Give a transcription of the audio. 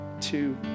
two